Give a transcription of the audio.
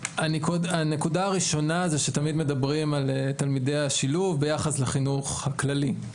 הנקודה הראשונה היא שתמיד מדברים על תלמידי השילוב ביחס לחינוך הכללי,